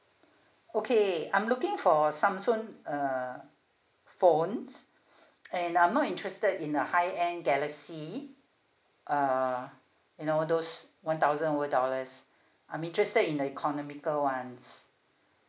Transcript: okay I'm looking for a samsung uh phones and I'm not interested in a high end galaxy uh you know those one thousand over dollars I'm interested in a economical ones